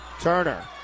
Turner